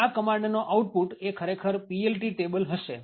આ કમાન્ડનો આઉટપુટ એ ખરેખર PLT ટેબલ હશે